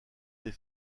des